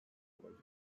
olacak